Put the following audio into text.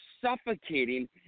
suffocating